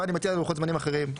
ואני מציע לוחות זמנים אחרים.